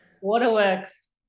waterworks